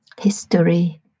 History